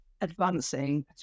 advancing